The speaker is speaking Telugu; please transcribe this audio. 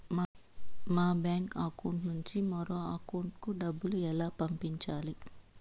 మా బ్యాంకు అకౌంట్ నుండి మరొక అకౌంట్ కు డబ్బును ఎలా పంపించాలి